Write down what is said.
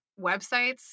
websites